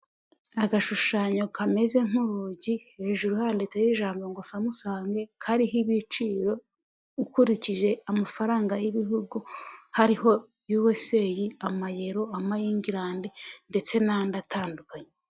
Agashushanyo kameze nk'urugi hejuru handitseho ijambo ngo samusange, kariho ibiciro ukurikije amafaranga y'ibihugu, hariho USA, Amayero ama England ndetse n'andi atandukanye.